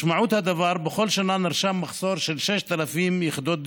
משמעות הדבר: בכל שנה נרשם מחסור של 6,000 יחידות דיור,